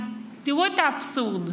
אז תראו את האבסורד: